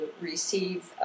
receive